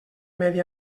medi